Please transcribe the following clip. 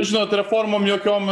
žinot reformom jokiom